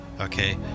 okay